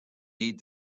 need